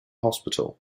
hospital